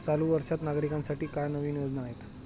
चालू वर्षात नागरिकांसाठी काय नवीन योजना आहेत?